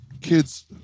kids